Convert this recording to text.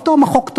פתאום החוק טוב.